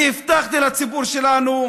אני הבטחתי לציבור שלנו: